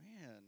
man